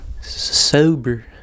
Sober